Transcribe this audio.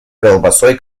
колбасой